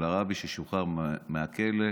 של הרבי ששוחרר מהכלא.